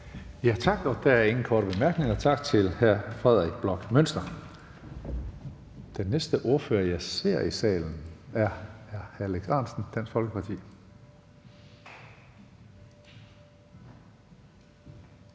Tak. Der er ingen korte bemærkninger. Tak til hr. Frederik Bloch Münster. Den næste ordfører, jeg ser i salen, er hr. Alex Ahrendtsen, Dansk Folkeparti.